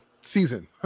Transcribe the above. season